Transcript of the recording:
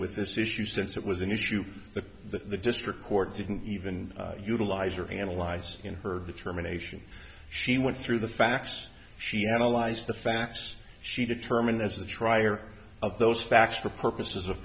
with this issue since it was an issue that the district court didn't even utilize or analyzed in her determination she went through the facts she analyzed the facts she determined as a trier of those facts for purposes of